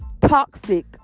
toxic